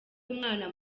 umwana